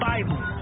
Bible